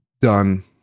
done